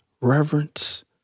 reverence